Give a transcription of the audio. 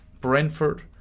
Brentford